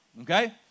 okay